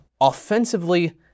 Offensively